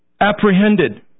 apprehended